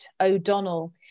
O'Donnell